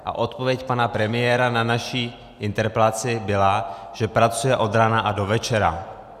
A odpověď pana premiéra na naši interpelaci byla, že pracuje od rána do večera.